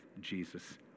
Jesus